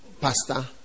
pastor